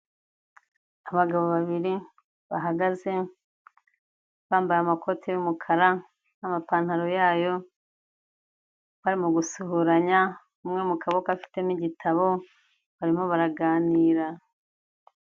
Abagabo babiri bahagaze bambaye amakote y'umukara n'amapantaro yayo barimo gusuhuranya umwe mu kaboko afitemo igitabo barimo baraganira.